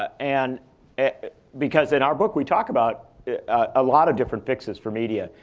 ah and because in our book, we talk about a lot of different fixes for media.